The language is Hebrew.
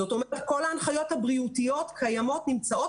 זאת אומרת, כל ההנחיות הבריאותיות קיימות ונמצאות.